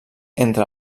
entre